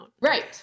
Right